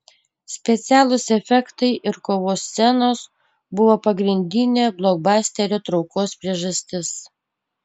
specialūs efektai ir kovos scenos buvo pagrindinė blokbasterio traukos priežastis